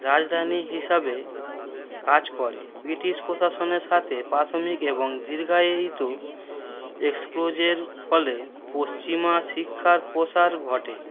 রাজধানী হিসাবে কাজ করে ব্রিটিশ প্রশাসনের সাথে প্রাথমিক এবং দীর্ঘায়িত এক্সপোজের ফলে পশ্চিমা শিক্ষার প্রসার ঘটে